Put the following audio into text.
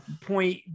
point